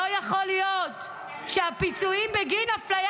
לא יכול להיות שהפיצויים בגין אפליה